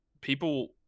people